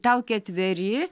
tau ketveri